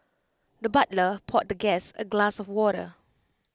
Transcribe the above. the butler poured the guest A glass of water